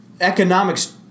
economics